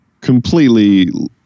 Completely